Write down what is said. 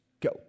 Go